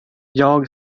jag